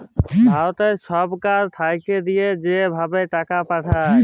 ভারত ছরকার থ্যাইকে দিঁয়া যে ভাবে টাকা পাঠায়